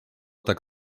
tak